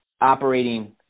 operating